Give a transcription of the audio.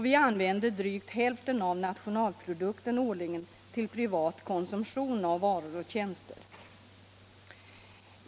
Vi använder drygt hälften av nationalprodukten årligen till privat konsumtion av varor och tjänster.